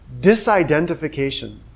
Disidentification